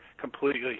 completely